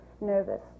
nervous